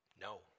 No